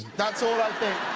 that's all i think.